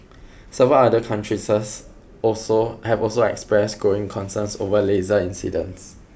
several other countries also have also expressed growing concerns over laser incidents